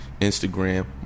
Instagram